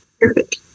perfect